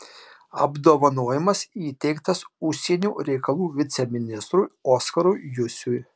apdovanojimas įteiktas užsienio reikalų viceministrui oskarui jusiui